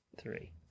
three